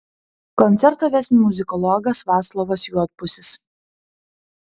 koncertą ves muzikologas vaclovas juodpusis